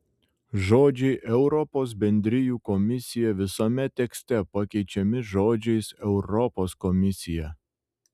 žodžiai europos bendrijų komisija visame tekste pakeičiami žodžiais europos komisija